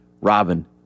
Robin